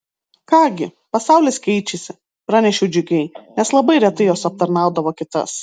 ką gi pasaulis keičiasi pranešiau džiugiai nes labai retai jos aptarnaudavo kitas